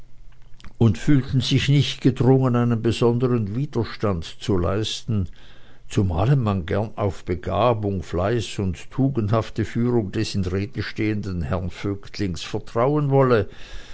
und fühlten sich nicht gedrungen einen besondern widerstand zu leisten zumalen man gern auf begabung fleiß und tugendhafte führung des in rede stehenden herren vögtlings vertrauen wolle